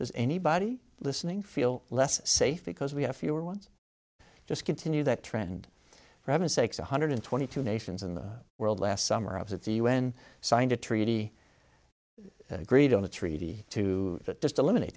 does anybody listening feel less safe because we have fewer ones just continue that trend for heaven's sakes one hundred twenty two nations in the world last summer i was at the u n signed a treaty agreed on the treaty to just eliminate